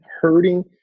hurting